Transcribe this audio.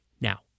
Now